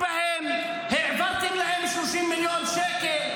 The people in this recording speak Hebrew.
העברתם להם 30 מיליון שקל,